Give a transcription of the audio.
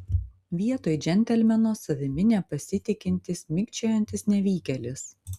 vietoj džentelmeno savimi nepasitikintis mikčiojantis nevykėlis